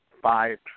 five